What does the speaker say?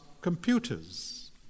computers